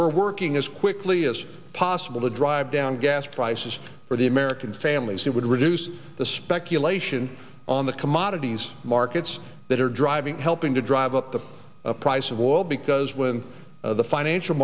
we're working as quickly as possible to drive down gas prices for the american families it would reduce the speculation on the commodities markets that are driving helping to drive up the price of oil because when the financial